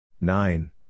nine